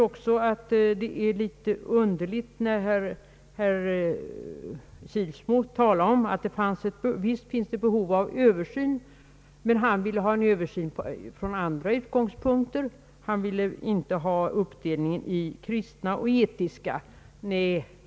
Visst finns det ett behov av översyn, anser herr Kilsmo, men han vill ha en översyn från andra utgångspunkter. Han vill inte ha en uppdelning i kristna och etiska vägrare.